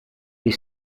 they